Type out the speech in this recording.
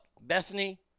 Bethany